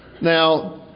Now